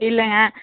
இல்லைங்க